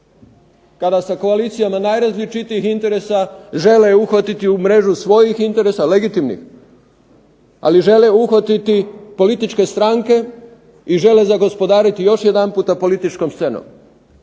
kada se koalicija najrazličitijih interesa žele uhvatiti u mrežu svojih interesa, legitimnih, ali žele uhvatiti političke stranke i žele zagospodariti još jedanputa političkom scenom.